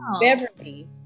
Beverly